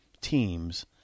teams